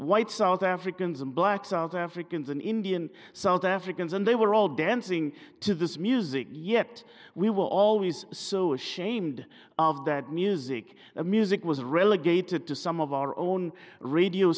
white south africans and black south africans in indian south africans and they were all dancing to this music yet we were always so ashamed of that music and music was relegated to some of our own radio